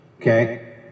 okay